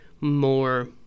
more